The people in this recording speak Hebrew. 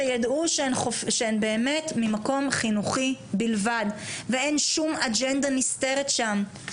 שידעו שהן באמת ממקום חינוכי בלבד ואין שום אג'נדה נסתרת שם,